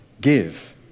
give